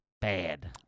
Bad